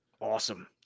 Awesome